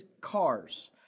Cars